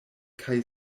kaj